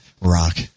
Rock